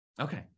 Okay